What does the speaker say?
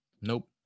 Nope